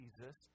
Jesus